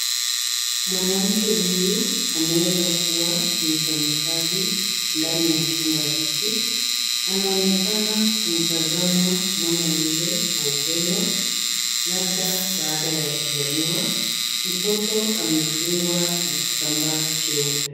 Mwanamke huyu anaweza kuwa ni mfanyikazi ndani ya chumba hiki. Anaonekana kumtazama mwana yule kwa upendo labda baada ya kuzaliwa. Mtoto amefungwa na kitambaa cheupe.